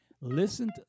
Listen